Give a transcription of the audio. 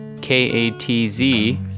K-A-T-Z